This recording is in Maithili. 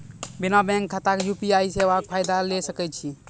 बिना बैंक खाताक यु.पी.आई सेवाक फायदा ले सकै छी?